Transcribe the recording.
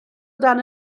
dan